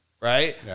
right